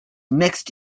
mixed